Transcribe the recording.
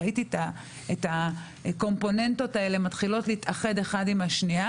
ראיתי את הקומפוננטות האלה מתחילות להתאחד אחת עם השנייה